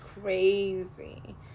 crazy